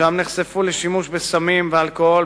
ושם הן נחשפו לשימוש בסמים ואלכוהול,